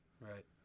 Right